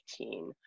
2015